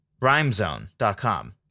RhymeZone.com